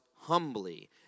humbly